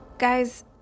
Guys